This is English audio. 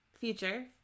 future